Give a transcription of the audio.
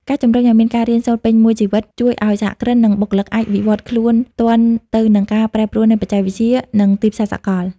ការជំរុញឱ្យមានការរៀនសូត្រពេញមួយជីវិត ជួយឱ្យសហគ្រិន និងបុគ្គលិកអាចវិវត្តខ្លួនទាន់ទៅនឹងការប្រែប្រួលនៃបច្ចេកវិទ្យា និងទីផ្សារសកល។